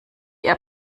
ihr